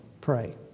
pray